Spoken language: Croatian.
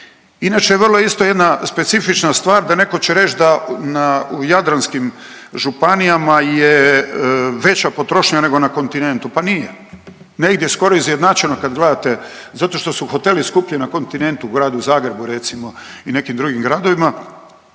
Inače je vrlo isto jedna specifična stvar da neko će reć da u jadranskim županijama je veća potrošnja nego na kontinentu, pa nije, negdje je skoro izjednačeno kad gledate zato što su hoteli skuplji na kontinentu u Gradu Zagrebu recimo i nekim drugim gradovima